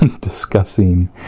discussing